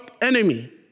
enemy